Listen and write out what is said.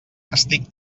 estic